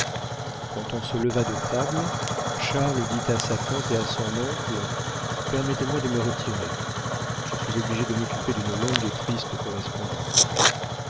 quand on se leva de table charles dit à sa tante et à son oncle permettez-moi de me retirer je suis obligé de m'occuper d'une longue et triste correspondance